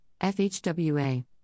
FHWA